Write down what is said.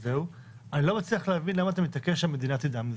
שיקבל טלפון,